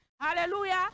Hallelujah